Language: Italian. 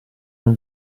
non